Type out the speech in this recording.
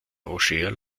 roger